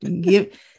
give